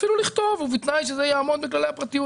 אפילו לכתוב: "ובתנאי שזה יעמוד בכללי הפרטיות".